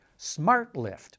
SmartLift